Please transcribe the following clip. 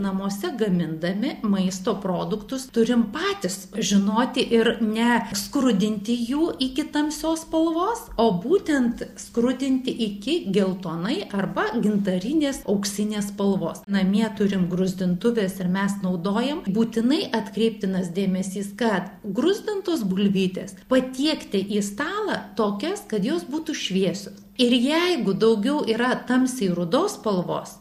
namuose gamindami maisto produktus turim patys žinoti ir ne skrudinti jų iki tamsios spalvos o būtent skrudinti iki geltonai arba gintarinės auksinės spalvos namie turim gruzdintuves ir mes naudojam būtinai atkreiptinas dėmesys kad gruzdintos bulvytės patiekti į stalą tokias kad jos būtų šviesios ir jeigu daugiau yra tamsiai rudos spalvos